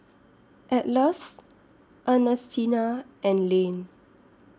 Atlas Ernestina and Lane